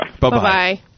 Bye-bye